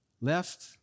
left